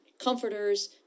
comforters